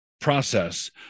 process